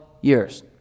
years